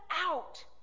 out